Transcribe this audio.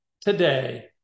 today